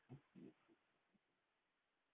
serious ah this is serious